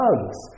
hugs